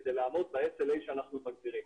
כדי לעמוד ב-SLA שאנחנו מגדירים.